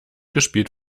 gespielt